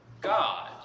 God